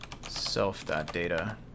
self.data